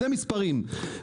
אלה מספרים.